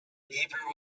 beaver